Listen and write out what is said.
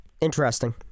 Interesting